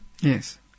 Yes